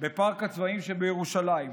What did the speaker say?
בפארק הצבאים שבירושלים.